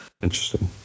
Interesting